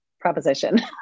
proposition